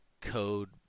Code